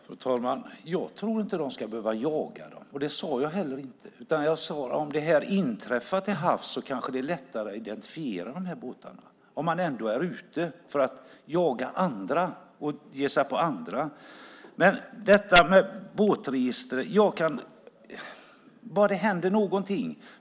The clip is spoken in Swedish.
Fru talman! Jag tror inte att de ska behöva jaga dem, och det sade jag heller inte. Jag sade: Om det här inträffar till havs så kanske det är lättare att identifiera de här båtarna om man ändå är ute för att jaga andra och ge sig på andra. Det måste hända någonting med båtregistret.